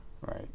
right